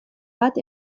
bat